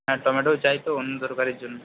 হ্যাঁ টমেটো চাই তো অন্য তরকারির জন্যে